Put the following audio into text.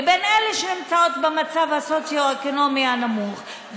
לבין אלה שנמצאות במצב הסוציו-אקונומי הנמוך,